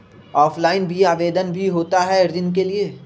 Offline भी आवेदन भी होता है ऋण के लिए?